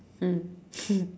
mm